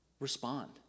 Respond